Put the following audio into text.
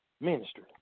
ministry